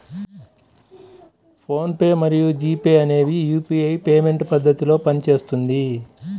phone pay మరియు G Pay అనేవి UPI payment పద్ధతిలో పనిచేస్తుంది